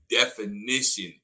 definition